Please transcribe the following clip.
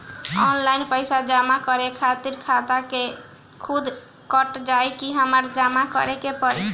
Online पैसा जमा करे खातिर खाता से खुदे कट जाई कि हमरा जमा करें के पड़ी?